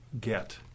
get